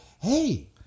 hey